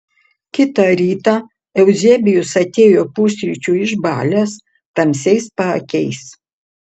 kitą rytą euzebijus atėjo pusryčių išbalęs tamsiais paakiais